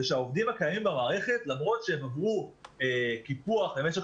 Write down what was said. זה שהעובדים שקיימים במערכת למרות שהם עברו קיפוח במשך